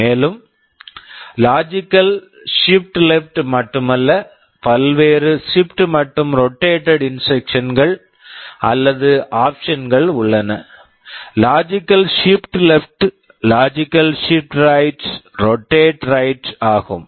மேலும் logical shift left logical shift left மட்டுமல்ல பல்வேறு ஷிப்ட் shift மற்றும் ரொட்டேட் rotate இன்ஸ்ட்ரக்க்ஷன்ஸ் instructions கள் அல்லது ஆப்ஷன்ஸ் options கள் உள்ளன logical shift left logical shift left logical shift right logical shift right rotate right rotate right ஆகும்